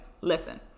Listen